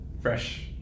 Fresh